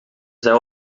zij